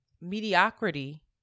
mediocrity